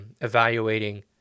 evaluating